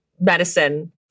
medicine